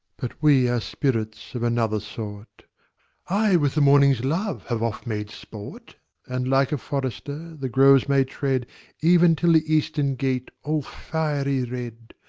but we are spirits of another sort i with the morning's love have oft made sport and, like a forester, the groves may tread even till the eastern gate, all fiery red,